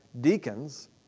deacons